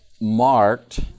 marked